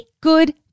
good